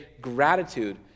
gratitude